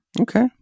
Okay